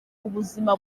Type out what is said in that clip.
ubuzima